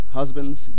husbands